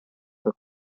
per